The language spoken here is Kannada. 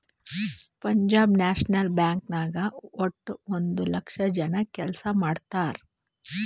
ಪಂಜಾಬ್ ನ್ಯಾಷನಲ್ ಬ್ಯಾಂಕ್ ನಾಗ್ ವಟ್ಟ ಒಂದ್ ಲಕ್ಷ ಜನ ಕೆಲ್ಸಾ ಮಾಡ್ತಾರ್